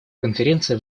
конференция